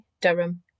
Durham